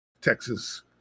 Texas